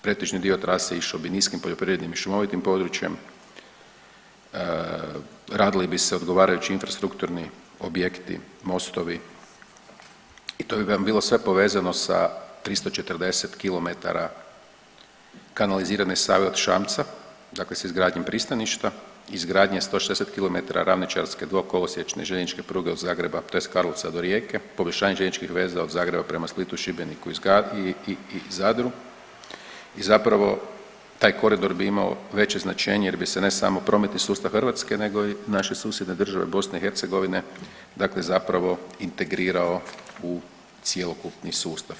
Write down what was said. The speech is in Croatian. Pretežni dio trase išao bi niskim poljoprivrednim i šumovitim područjem, radili bi se odgovarajući infrastrukturni objekti, mostovi i to bi vam bilo sve povezano sa 340 km kanalizirane Save od Šamca, dakle s izgradnjom pristaništa, izgradnja je 160 km ravničarske dvokolosiječne željezničke pruge od Zagreba, tj. Karlovca do Rijeke, poboljšanje željezničkih veza od Zagreba prema Splitu, Šibeniku i Zadru i zapravo taj koridor bi imao veće značenje jer bi se, ne samo prometni sustav Hrvatske nego i naše susjedne države, BiH, dakle zapravo integrirao u cjelokupni sustav.